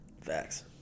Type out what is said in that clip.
facts